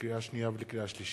לקריאה שנייה ולקריאה שלישית,